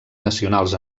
nacionals